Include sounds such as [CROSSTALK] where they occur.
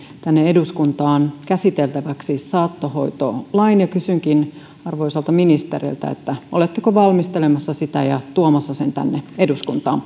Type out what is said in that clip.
tänne eduskuntaan käsiteltäväksi saattohoitolain kysynkin arvoisalta ministeriltä oletteko valmistelemassa sitä ja tuomassa sen tänne eduskuntaan [UNINTELLIGIBLE]